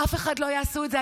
אף אחד לא יעשה את זה.